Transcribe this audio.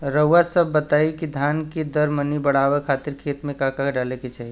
रउआ सभ बताई कि धान के दर मनी बड़ावे खातिर खेत में का का डाले के चाही?